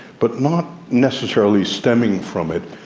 but not necessarily stemming from it.